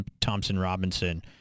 Thompson-Robinson